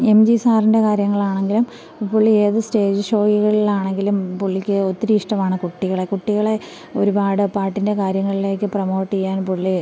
M G സാറിൻ്റെ കാര്യങ്ങളാണെങ്കിലും പുള്ളി ഏത് സ്റ്റേജ് ഷോകളിൽ ആണെങ്കിലും പുള്ളിക്ക് ഒത്തിരി ഇഷ്ടമാണ് കുട്ടികളെ കുട്ടികളെ ഒരുപാട് പാട്ടിൻ്റെ കാര്യങ്ങളിലേക്ക് പ്രമോട്ട് ചെയ്യാൻ പുള്ളി